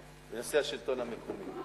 בנושא השלטון המקומי.